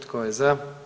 Tko je za?